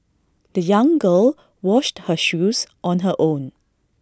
the young girl washed her shoes on her own